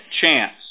chance